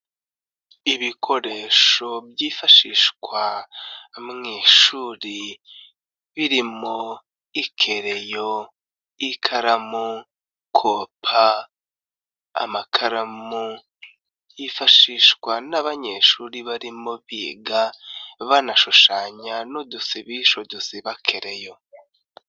Ibikoresho byifashishwa mu ishuri birimo: ikerereyo, ikaramu, kompa, amakaramu yifashishwa n'abanyeshuri barimo bgai banashushanya n'udusibisho dusiba kereyo.